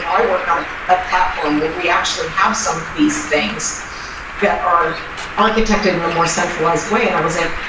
i work on a platform where we actually have some of these things that are architected in a more centralized way. i was like,